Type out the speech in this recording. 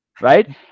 right